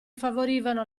favorivano